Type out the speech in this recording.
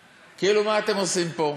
כאילו, מה אתם עושים פה?